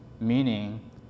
meaning